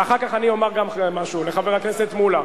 ואחר כך אני אומר גם משהו לחבר הכנסת מולה.